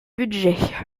budget